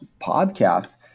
podcasts